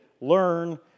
learn